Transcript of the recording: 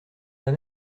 pas